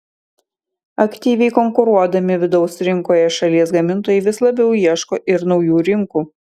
aktyviai konkuruodami vidaus rinkoje šalies gamintojai vis labiau ieško ir naujų rinkų